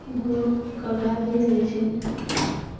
ओहो कागा भी रहै छै